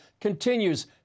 continues